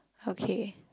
okay